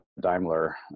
Daimler